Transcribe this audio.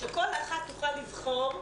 שכל אחת תוכל לבחור,